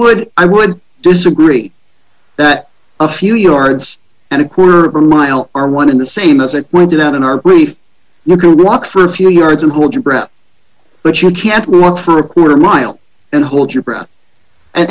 would i would disagree that a few yards and a group a mile are one in the same as it went down in our brief you can walk for a few yards and hold your breath but you can't walk for a quarter mile and hold your breath